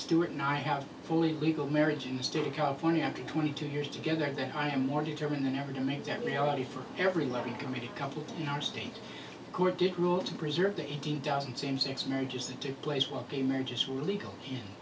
stewart and i have fully legal marriage in the state of california after twenty two years together then i am more determined than ever to make that reality for every levy committee couple in our state court did rule to preserve the eighteen doesn't same sex marriages that took place while the marriages were legal